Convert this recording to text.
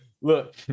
Look